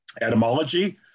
etymology